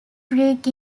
greek